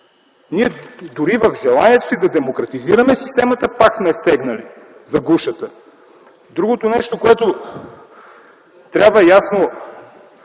днес. Дори в желанието си да демократизираме системата пак сме я стегнали за гушата. Другото нещо, което трябва ясно